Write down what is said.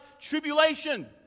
Tribulation